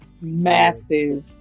massive